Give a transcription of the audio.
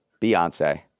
Beyonce